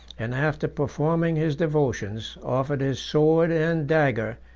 and after performing his devotions, offered his sword and dagger,